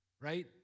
right